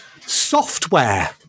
Software